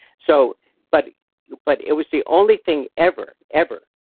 so but yeah but it was the only thing ever, ever,